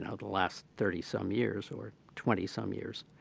and the last thirty some years or twenty some years.